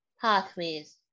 Pathways